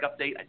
update